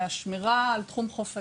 השמירה על תחום חוף הים,